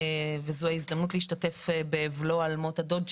זו הזדמנות להשתתף באבלו על מות הדוד שלו,